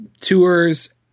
tours